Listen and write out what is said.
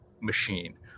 machine